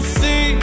see